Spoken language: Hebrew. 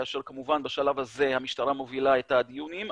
כאשר כמובן בשלב הזה המשטרה מובילה את הדיונים,